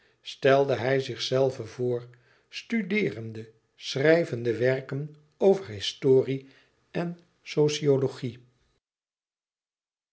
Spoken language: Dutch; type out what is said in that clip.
stelde hij zichzelven voor studeerende schrijvende werken over historie en sociologie